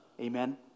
Amen